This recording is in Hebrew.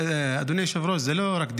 אדוני היושב-ראש, זה לא רק דיונים.